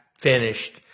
finished